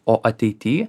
o ateity